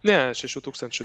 ne šešių tūkstančių